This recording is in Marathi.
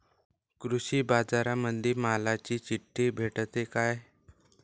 कृषीबाजारामंदी मालाची चिट्ठी भेटते काय?